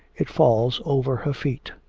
it falls over her feet,